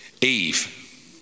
Eve